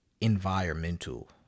environmental